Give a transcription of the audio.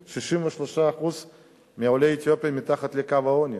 63% מעולי אתיופיה מתחת לקו העוני.